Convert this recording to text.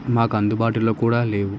మాకు అందుబాటులో కూడా లేవు